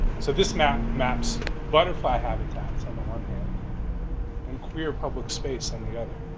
so this map maps, butterfly habitats on the one hand and queer public space on the other.